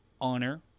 honor